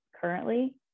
currently